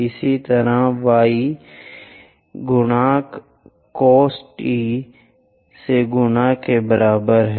इसी तरह y 1 गुणांक cos t से गुणा के बराबर है